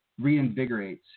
reinvigorates